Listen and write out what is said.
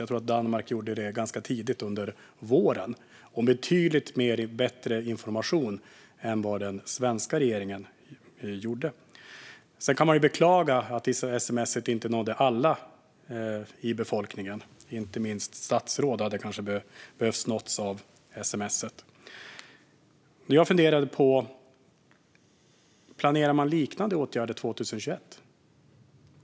Jag tror att Danmark gjorde det ganska tidigt, under våren, och med betydligt bättre information än den svenska regeringen gav. Sedan kan man beklaga att sms:et inte nådde alla i befolkningen. Inte minst statsråd hade kanske behövt nås av sms:et. Planerar man liknande åtgärder under 2021?